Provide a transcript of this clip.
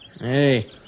Hey